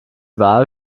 wahl